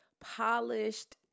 polished